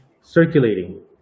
circulating